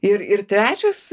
ir ir trečias